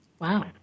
Wow